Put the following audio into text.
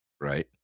Right